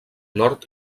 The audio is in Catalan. nord